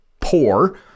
poor